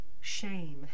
shame